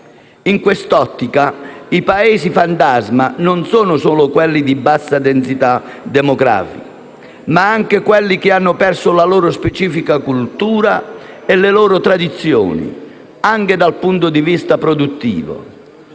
In quest'ottica, i paesi fantasma non sono solo quelli a bassa densità demografica, ma anche quelli che hanno perso la loro specifica cultura e le loro tradizioni, anche dal punto di vista produttivo.